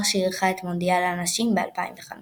ב־1994, אפריקה CAF;